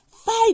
Fight